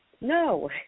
No